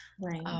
Right